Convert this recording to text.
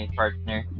partner